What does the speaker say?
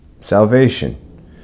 salvation